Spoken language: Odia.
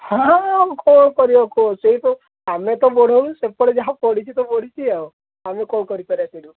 ହଁ କ'ଣ କରିବ କୁହ ସେଇ ତ ଆମେ ତ ବଢ଼ଉନୁ ସେପଟେ ଯାହା ବଢ଼ିଛି ବଢ଼ିଛି ଆଉ ଆମେ କ'ଣ କରି ପାରିବେ ସେଇଠୁ